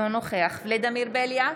אינו נוכח ולדימיר בליאק,